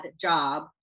job